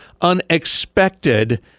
unexpected